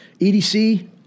EDC